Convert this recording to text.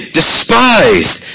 despised